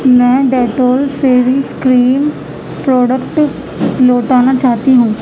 میں Dettol shaving cream product لوٹانا چاہتی ہوں